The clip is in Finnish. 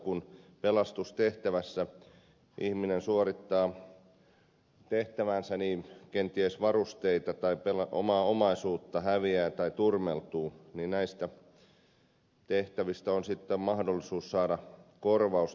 kun pelastustehtävässä ihminen suorittaa tehtäväänsä ja kenties varusteita tai omaa omaisuutta häviää tai turmeltuu niin näistä tehtävistä on sitten mahdollisuus saada korvaus tai palkkio